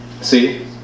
See